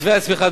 קצבי הצמיחה,